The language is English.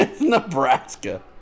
Nebraska